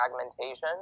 fragmentation